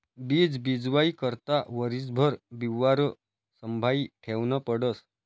बीज बीजवाई करता वरीसभर बिवारं संभायी ठेवनं पडस